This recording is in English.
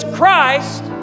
Christ